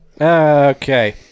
Okay